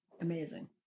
Amazing